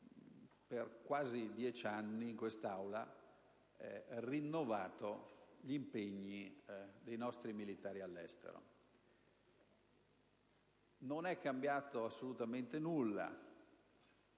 Per quasi dieci anni, in quest'Aula, abbiamo rinnovato gli impegni dei nostri militari all'estero. Non è cambiato assolutamente nulla,